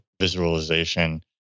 visualization